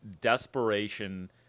desperation